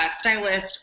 stylist